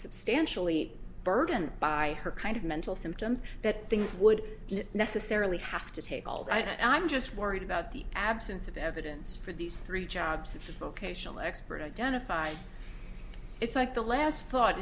substantially burdened by her kind of mental symptoms that things would necessarily have to take all that i'm just worried about the absence of evidence for these three jobs it's a vocational expert identify it's like the last